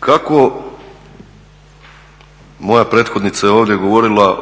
Kako, moja prethodnica je ovdje govorila